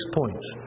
points